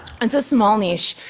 and so small niche,